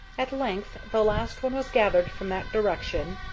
at length the last one was gathered from that direction,